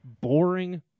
boring